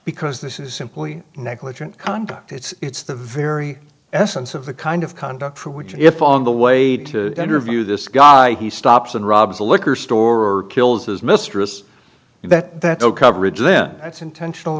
because this is simply negligent conduct it's the very essence of the kind of conduct for which if on the way to interview this guy he stops and robs a liquor store or kills his mistress and that that the coverage then that's intentional